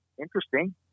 interesting